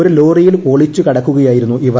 ഒരു ലോറിയിൽ ഒളിച്ച് കടക്കുകയായിരുന്നു ഇവർ